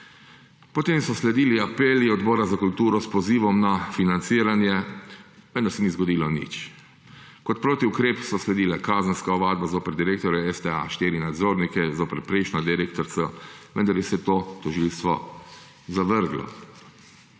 Potem so sledili apeli Odbora za kulturo s pozivom na financiranje, vendar se ni zgodilo nič. Kot protiukrep so sledile kazenske ovadbe zoper direktorja STA, štiri nadzornike zoper prejšnjo direktorico, vendar je vse to tožilstvo zavrglo.